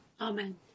Amen